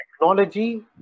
technology